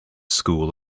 school